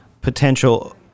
potential